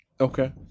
okay